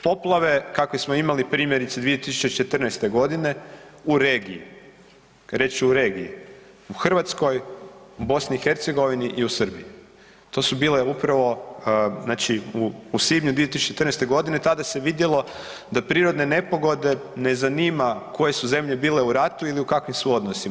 Poplave kakve smo imali, primjerice, 2014. g. u regiji, reći ću u regiji u Hrvatskoj, BiH i u Srbiji, to su bile upravo, znači u svibnju 2014. tada se vidjelo da prirodne nepogode ne zanima koje su zemlje bile u ratu ili u kakvim su odnosima.